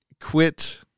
quit